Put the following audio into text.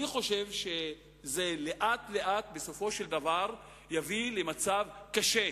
אני חושב שלאט לאט בסופו של דבר זה יביא למצב קשה.